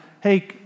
hey